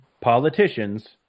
politicians